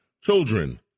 children